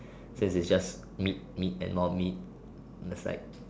since it's just meat meat and more meat and that's like